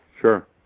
Sure